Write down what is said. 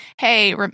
hey